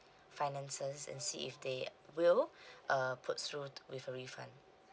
finances and see if they will uh put through with a refund